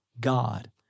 God